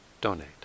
donate